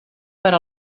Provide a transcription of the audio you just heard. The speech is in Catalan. per